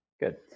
Good